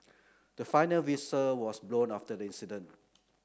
the final whistle was blown after the incident